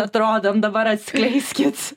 neatrodome dabar atskleiskit